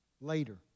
later